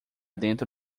dentro